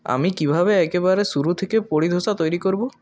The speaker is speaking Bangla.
আমি কিভাবে একেবারে শুরু থেকে পোডি দোসা তৈরি করব